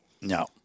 No